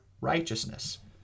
righteousness